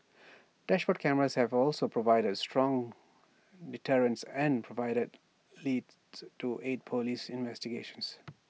dashboard cameras have also provided strong deterrence and provided leads to aid Police investigations